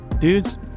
dudes